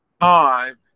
time